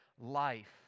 life